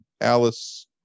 Alice